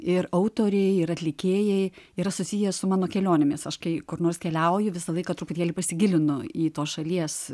ir autoriai ir atlikėjai yra susijęs su mano kelionėmis o kai kur nors keliauju visą laiką truputėlį pasigilinu į tos šalies